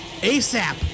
ASAP